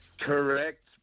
Correct